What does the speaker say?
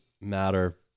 matter